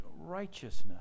righteousness